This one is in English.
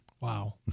Wow